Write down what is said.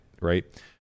right